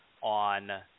on